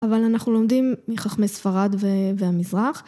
אבל אנחנו לומדים מחכמי ספרד והמזרח